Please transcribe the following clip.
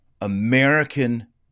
American